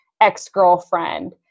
ex-girlfriend